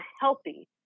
healthy